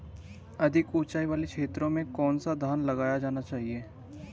अधिक उँचाई वाले क्षेत्रों में कौन सा धान लगाया जाना चाहिए?